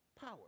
power